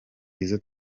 izo